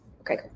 Okay